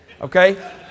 okay